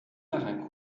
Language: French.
marin